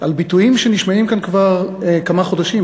על ביטויים שנשמעים כאן כבר כמה חודשים,